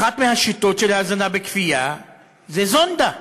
אחת מהשיטות של ההזנה בכפייה זה זונדה.